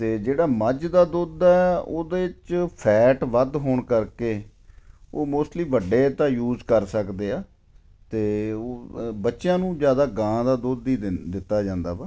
ਅਤੇ ਜਿਹੜਾ ਮੱਝ ਦਾ ਦੁੱਧ ਹੈ ਉਹਦੇ 'ਚ ਫੈਟ ਵੱਧ ਹੋਣ ਕਰਕੇ ਉਹ ਮੋਸਟਲੀ ਵੱਡੇ ਤਾਂ ਯੂਜ ਕਰ ਸਕਦੇ ਆ ਅਤੇ ਬੱਚਿਆਂ ਨੂੰ ਜ਼ਿਆਦਾ ਗਾਂ ਦਾ ਦੁੱਧ ਹੀ ਦਿੱਤਾ ਜਾਂਦਾ ਵਾ